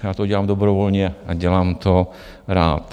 Já to dělám dobrovolně a dělám to rád.